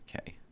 Okay